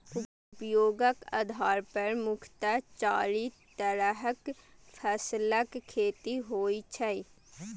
उपयोगक आधार पर मुख्यतः चारि तरहक फसलक खेती होइ छै